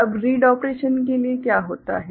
अब read operation के लिए क्या होता है